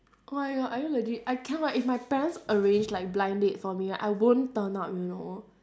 oh my god are you legit I cannot if my parents arrange like blind date for me right I won't turn up you know